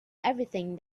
everything